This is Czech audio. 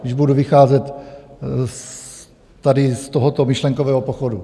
Když budu vycházet tady z tohoto myšlenkového pochodu.